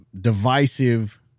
divisive